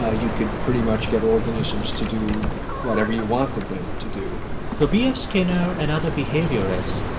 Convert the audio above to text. ah you could pretty much get organisms to do whatever you wanted them to do for b f. skinner and other behaviorists,